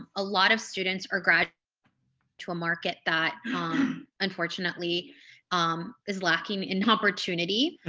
a lot of students are graduating to a market that unfortunately um is lacking in opportunity.